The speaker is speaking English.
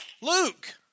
Luke